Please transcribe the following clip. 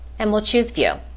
and we'll choose view.